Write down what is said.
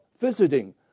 visiting